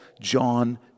John